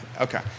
Okay